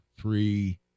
Three